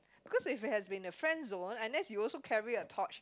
cause if it has been a Friendzone unless you also carry a torch